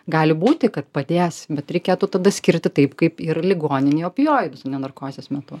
gali būti kad padės bet reikėtų tada skirti taip kaip ir ligoninėj opioidus ane narkozės metu